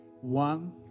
one